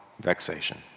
vexation